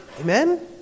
Amen